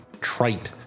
trite